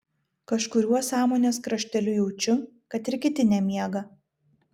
kažkuriuo sąmonės krašteliu jaučiu kad ir kiti nemiega